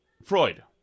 Freud